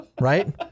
Right